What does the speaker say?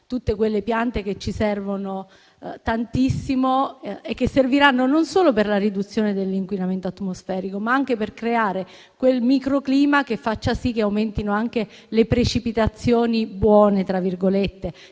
tutte quelle piante che ci servono tantissimo e che serviranno non solo per la riduzione dell'inquinamento atmosferico, ma anche per creare quel microclima che faccia sì che aumentino anche le precipitazioni buone, ossia quelle